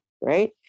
right